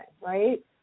right